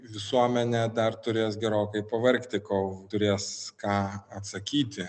visuomenė dar turės gerokai pavargti kol turės ką atsakyti